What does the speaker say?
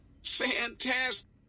Fantastic